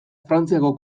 frantziako